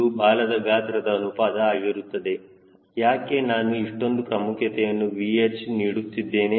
ಇದು ಬಾಲದ ಗಾತ್ರದ ಅನುಪಾತ ಆಗಿರುತ್ತದೆ ಯಾಕೆ ನಾನು ಇಷ್ಟೊಂದು ಪ್ರಾಮುಖ್ಯತೆಯನ್ನು VH ನೀಡುತ್ತಿದ್ದೇನೆ